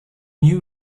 new